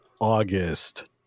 August